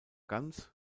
ganz